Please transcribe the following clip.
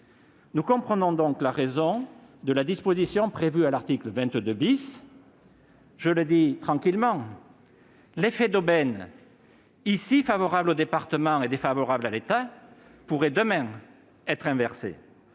Nous comprenons donc la disposition prévue à l'article 22. Je le dis tranquillement : l'effet d'aubaine, ici favorable aux départements et défavorable à l'État, pourrait demain s'inverser.